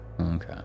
Okay